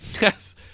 Yes